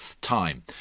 time